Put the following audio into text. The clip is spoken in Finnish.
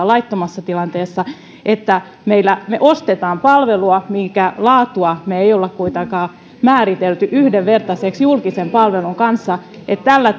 laittomassa tilanteessa että me ostamme palvelua minkä laatua me emme ole kuitenkaan määritelleet yhdenvertaiseksi julkisen palvelun kanssa tällä